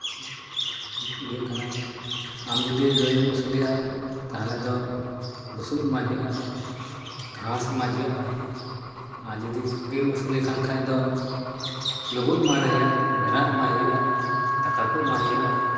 ᱤᱭᱟᱹᱜ ᱠᱟᱱᱟ ᱟᱢ ᱡᱩᱫᱤ ᱜᱟᱹᱭᱮᱢ ᱟᱹᱥᱩᱞᱮᱭᱟ ᱛᱟᱦᱚᱞᱮ ᱫᱚ ᱵᱩᱥᱩᱵ ᱮᱢᱟᱭ ᱦᱩᱭᱩᱜᱼᱟ ᱜᱷᱟᱸᱥ ᱮᱢᱟᱭ ᱦᱩᱭᱩᱜᱼᱟ ᱟᱨ ᱡᱩᱫᱤ ᱥᱩᱠᱨᱤᱢ ᱟᱹᱥᱩᱞᱮ ᱠᱟᱱ ᱠᱷᱟᱡ ᱫᱚ ᱞᱩᱵᱩᱜ ᱢᱮᱨᱟ ᱢᱮᱨᱟ ᱮᱢᱟᱭ ᱦᱩᱭᱩᱜᱼᱟ ᱫᱟᱠᱟ ᱠᱚ ᱮᱢᱟᱭ ᱦᱩᱭᱩᱜᱼᱟ